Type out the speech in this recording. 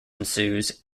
ensues